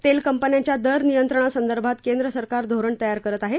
तेल कंपन्यांच्या दर नियंत्रणसंदर्भात केंद्र सरकार धोरण तयार करत आहे